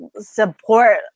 support